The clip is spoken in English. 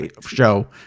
show